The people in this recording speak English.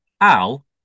al